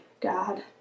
God